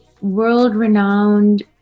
world-renowned